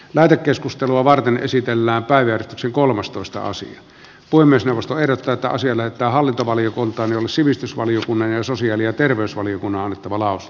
lähetekeskustelua varten esitellään päiviä sen kolmastoista osin kuin myös ilmastoerot rataosille että hallintovaliokuntaan ja sivistysvaliokunnan ja sosiaali ja terveysvaliokunnan että maalaus